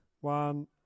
One